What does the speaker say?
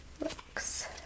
looks